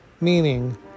Meaning